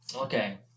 Okay